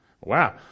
Wow